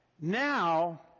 now